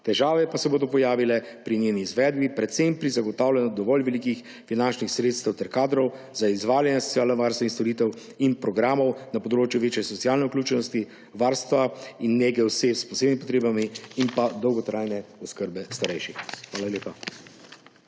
Težave pa se bodo pojavile pri njeni izvedbi, predvsem pri zagotavljanju dovolj velikih finančnih sredstev ter kadrov za izvajanje socialnovarstvenih storitev in programov na področju večje socialne vključenosti, varstva in nege oseb s posebnimi potrebami in pa dolgotrajne oskrbe starejših. Hvala lepa.